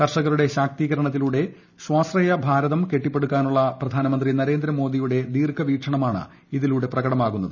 കർഷകരുടെ ശാക്തീകരണത്തിലൂടെ സ്വാശ്രയ ഭാരതം കെട്ടിപ്പടുക്കാനുള്ളൂ പ്രധാനമന്ത്രി നരേന്ദ്ര മോദിയുടെ ദീർഘവീക്ഷണമാണ് ഇ്ത്ലൂടെ പ്രകടമാകുന്നത്